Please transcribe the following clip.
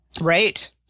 Right